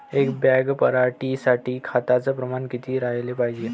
एक बॅग पराटी साठी खताचं प्रमान किती राहाले पायजे?